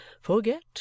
forget